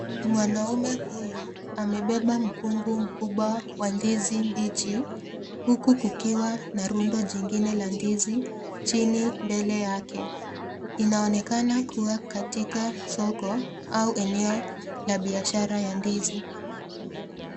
Mwanaume huyu amebeba mkungu mkubwa wa ndizi mbichi huku kukiwa na rundo jingine la ndizi chini mbele yake. Inaonekana kuwa katika soko au eneo la biashara ya ndizi.